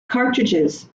cartridges